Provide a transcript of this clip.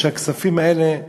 והכספים האלה,